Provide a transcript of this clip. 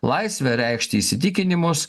laisvę reikšti įsitikinimus